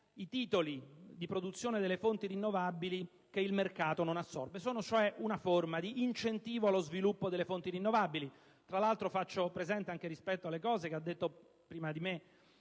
i titoli di produzione delle fonti rinnovabili che il mercato non assorbe; si sta parlando di una forma di incentivo allo sviluppo delle fonti rinnovabili. Tra l'altro, faccio presente rispetto a quanto ha detto prima di me